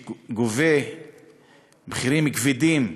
שגובה מחירים כבדים,